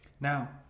Now